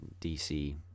DC